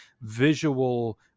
visual